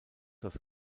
das